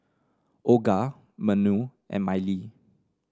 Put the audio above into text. Olga Manuel and Mylie